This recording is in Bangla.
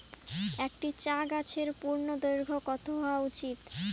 একটি চা গাছের পূর্ণদৈর্ঘ্য কত হওয়া উচিৎ?